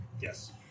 Yes